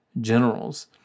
generals